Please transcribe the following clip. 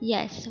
Yes